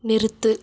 நிறுத்து